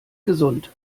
gesund